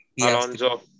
Alonso